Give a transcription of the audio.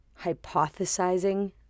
hypothesizing